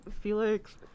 felix